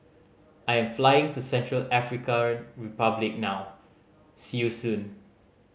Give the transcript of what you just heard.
I am flying to Central African Republic now see you soon